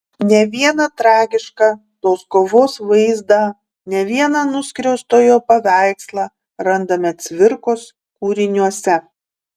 ne vieną tragišką tos kovos vaizdą ne vieną nuskriaustojo paveikslą randame cvirkos kūriniuose